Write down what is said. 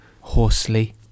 hoarsely